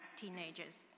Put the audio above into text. teenager's